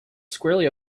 squarely